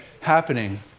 happening